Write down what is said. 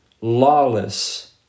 lawless